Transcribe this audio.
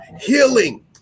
healing